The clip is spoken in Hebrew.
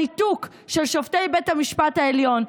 ולניתוק של שופטי בית המשפט העליון.